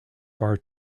far